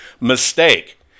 mistake